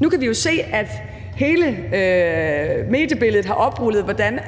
Nu kan vi jo se, at hele mediebilledet har oprullet, hvordan